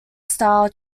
style